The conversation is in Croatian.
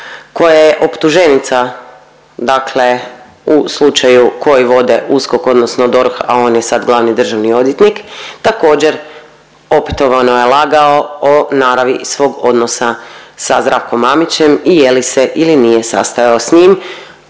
koja je optuženica dakle u slučaju koji vode USKOK, odnosno DORH, a on je sad glavni državni odvjetnik također opetovano je lagao o naravi svog odnosa sa Zdravkom Mamićem i je li se ili nije sastajao s njim,